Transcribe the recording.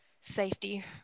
safety